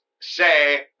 say